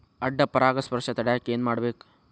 ಅಡ್ಡ ಪರಾಗಸ್ಪರ್ಶ ತಡ್ಯಾಕ ಏನ್ ಮಾಡ್ಬೇಕ್?